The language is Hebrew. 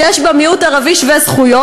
שיש בה מיעוט ערבי שווה זכויות.